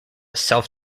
self